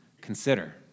Consider